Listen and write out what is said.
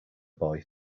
boy